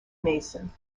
mason